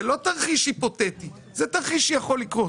זה לא תרחיש היפותטי, זה תרחיש שיכול לקרות.